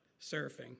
surfing